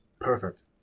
perfect